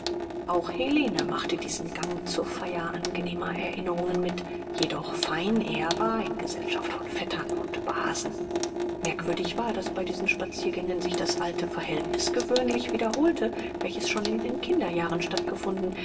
auch helene machte diesen gang zur feier angenehmer erinnerungen mit jedoch fein ehrbar in gesellschaft von vettern und basen merkwürdig war daß bei diesen spaziergängen sich das alte verhältnis gewöhnlich wiederholte welches schon in den kinderjahren stattgefunden